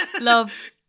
Love